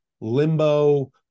limbo